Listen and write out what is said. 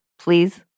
please